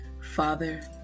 father